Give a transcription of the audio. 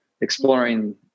exploring